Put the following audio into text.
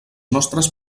nostres